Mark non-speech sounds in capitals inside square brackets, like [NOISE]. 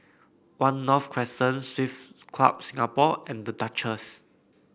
One North Crescent [UNINTELLIGIBLE] Club Singapore and The Duchess